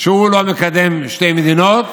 שהוא לא מקדם שתי מדינות